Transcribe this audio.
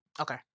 okay